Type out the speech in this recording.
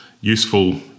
useful